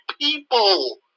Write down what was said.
people